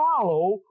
follow